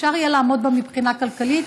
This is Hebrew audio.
אפשר יהיה לעמוד בה מבחינה כלכלית,